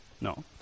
No